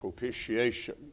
Propitiation